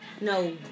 No